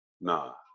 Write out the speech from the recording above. No